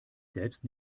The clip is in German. selbst